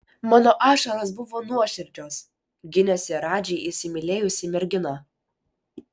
mano ašaros buvo nuoširdžios gynėsi radži įsimylėjusi mergina